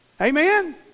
Amen